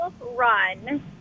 Run